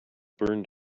burned